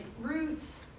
roots